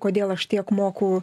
kodėl aš tiek moku